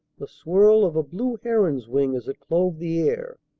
the swirl of a blue heron's wing as it clove the air,